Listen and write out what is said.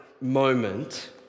moment